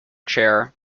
chair